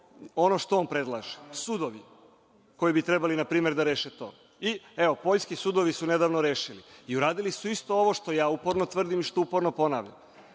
ono što on predlaže. Sudovi koji bi trebali npr. da reše to. Poljski sudovi su nedavno rešili i uradili su isto ovo što ja uporno tvrdim i što uporno ponavljam.